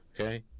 Okay